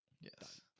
Yes